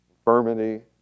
infirmity